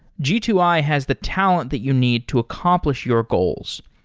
g two i has the talent that you need to accomplish your goals.